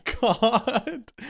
God